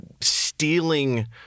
stealing